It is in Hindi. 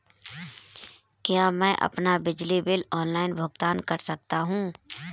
क्या मैं अपना बिजली बिल ऑनलाइन भुगतान कर सकता हूँ?